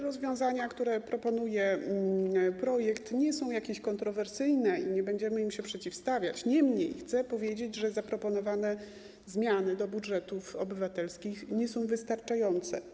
Rozwiązania, które proponuje projekt, nie są jakieś kontrowersyjne i nie będziemy im się przeciwstawiać, niemniej chcę powiedzieć, że zaproponowane zmiany do budżetów obywatelskich nie są wystarczające.